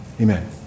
Amen